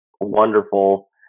wonderful